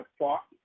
fought